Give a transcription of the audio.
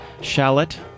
shallot